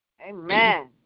Amen